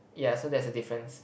yeah so there's a difference